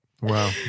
Wow